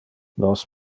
nos